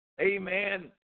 amen